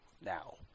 now